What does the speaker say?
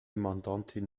mandantin